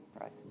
right